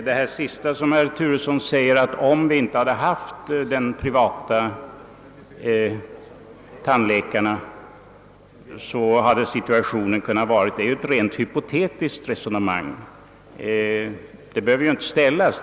Herr talman! Herr Turessons påstående att situationen på tandvårdens område hade varit mycket besvärlig om vi inte hade haft de privata tandläkarna grundar sig på ett rent hypotetiskt resonemang. Det behöver inte föras.